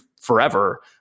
forever